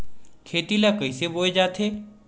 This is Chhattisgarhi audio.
खेती ला कइसे बोय जाथे?